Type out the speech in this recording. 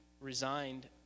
resigned